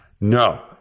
No